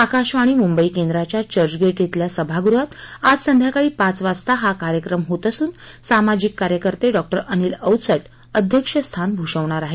आकशावाणी मंबई केद्रांच्या चर्चगेट धिल्या सभागृहात आज संध्याकाळी पाच वाजता हा कार्यक्रम होत असुन सामाजिक कार्यकर्ते डॉ अनिल अवचट अध्यक्षस्थान भृषवणार आहेत